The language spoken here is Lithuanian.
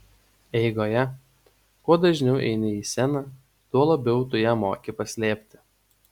eigoje kuo dažniau eini į sceną tuo labiau tu ją moki paslėpti